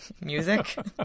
music